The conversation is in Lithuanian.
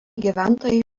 gyventojai